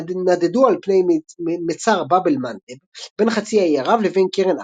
נדדו על פני מצר באב אל מנדב בין חצי האי ערב לבין קרן אפריקה,